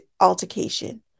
altercation